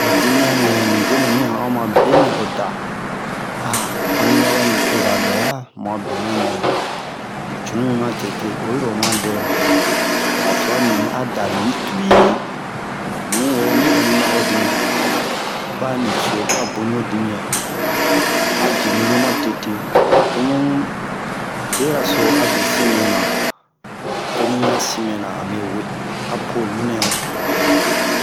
Ho dimiyan nɛ ni debenu yi han'o ma benɛ o da a anina ba nicoza bɛ'a mu a bɛnɛ mu mu cunu mi ma tete oyi ro oma dɛmu ba twa mimini a da luyi tuyi nuwo mi ani ba ho dimiyan ba niso a boni ho dimiyan a jenu lo ma tete tomu beraso a besin mɛna tomu ya sin mɛna ame we apo nunɛ